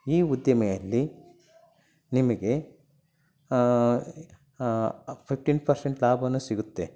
ಈ ಉದ್ದಿಮೆಯಲ್ಲಿ ನಿಮಗೆ ಫಿಫ್ಟೀನ್ ಪರ್ಸೆಂಟ್ ಲಾಭವೂ ಸಿಗುತ್ತೆ